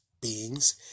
beings